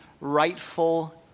rightful